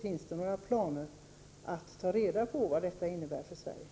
Finns det några planer på att ta reda på vad det innebär för Sverige?